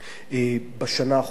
בשנה החולפת